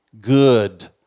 good